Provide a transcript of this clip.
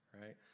right